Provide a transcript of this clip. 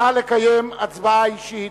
נא לקיים הצבעה אישית.